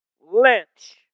lynch